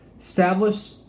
establish